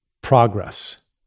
progress